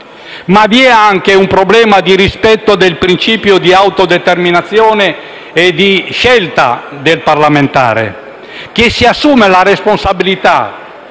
Vi è anche un problema di rispetto del principio di autodeterminazione e di scelta del parlamentare, che si assume la responsabilità